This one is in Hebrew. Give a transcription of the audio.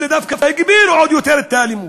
אלא הם דווקא הגבירו עוד יותר את האלימות.